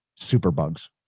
superbugs